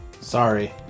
Sorry